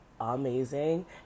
Amazing